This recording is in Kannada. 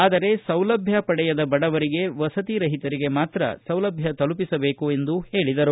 ಆದರೆ ಸೌಲಭ್ಕ ಪಡೆಯದ ಬಡವರಿಗೆ ವಸತಿರಹಿತರಿಗೆ ಮಾತ್ರ ತಲುಪಿಸಬೇಕು ಎಂದು ಹೇಳಿದರು